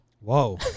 Whoa